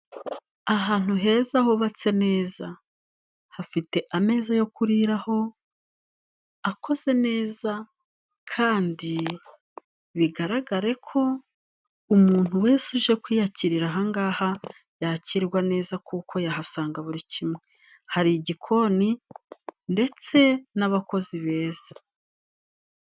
Ahantu heza, hubatse neza, hafite ameza yo kuriraho akoze neza, kandi bigaragare ko umuntu wese uje kwiyakirira ahangaha yakirwa neza, kuko yahasanga buri kimwe hari igikoni ndetse n'abakozi beza.